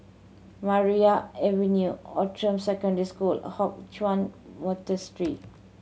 Maria Avenue Outram Secondary School Hock Chuan Monastery